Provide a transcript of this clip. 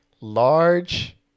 Large